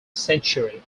century